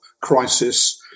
crisis